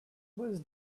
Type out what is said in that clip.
was